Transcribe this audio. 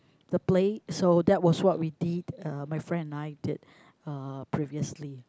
the play so that was what we did uh my friend and I did uh previously